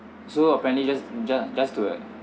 so apparently just just just to uh